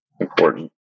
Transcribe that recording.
important